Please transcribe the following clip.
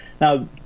Now